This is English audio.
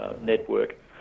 network